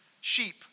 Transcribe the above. Sheep